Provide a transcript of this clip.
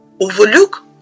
overlook